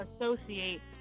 associate